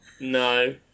No